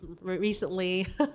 recently